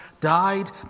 died